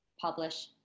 Publish